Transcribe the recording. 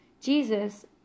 Jesus